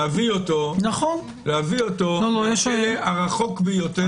להביא אותו מהכלא הרחוק ביותר,